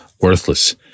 worthless